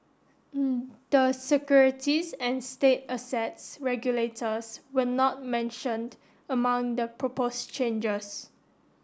the securities and state assets regulators were not mentioned among the proposed changes